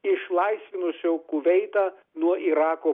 išlaisvinusio kuveitą nuo irako